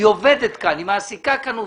היא עובדת כאן, היא מעסיקה כאן עובדים,